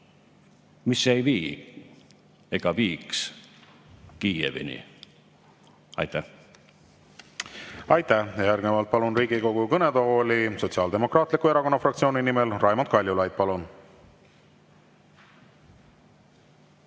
mis ei vii ega viiks Kiievini. Aitäh! Aitäh! Järgnevalt palun Riigikogu kõnetooli, Sotsiaaldemokraatliku Erakonna fraktsiooni nimel Raimond Kaljulaid.